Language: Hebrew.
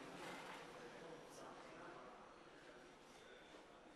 חברי הכנסת, זהו יום קשה מאוד